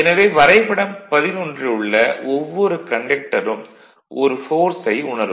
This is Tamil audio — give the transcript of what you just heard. எனவே வரைபடம் 11ல் உள்ள ஒவ்வொரு கண்டக்டரும் ஒரு ஃபோர்ஸை உணரும்